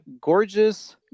Gorgeous